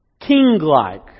king-like